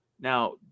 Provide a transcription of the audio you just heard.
Now